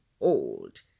old